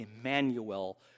Emmanuel